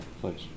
please